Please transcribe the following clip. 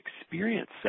experience